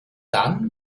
dann